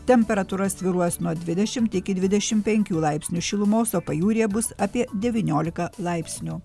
temperatūra svyruos nuo dvidešim iki dvidešim penkių laipsnių šilumos o pajūryje bus apie devyniolika laipsnių